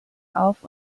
auf